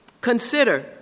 Consider